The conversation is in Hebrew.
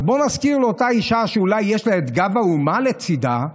אז בואו נזכיר לאותה אישה שאולי יש לה את גב האומה לצידה,